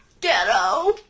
Ghetto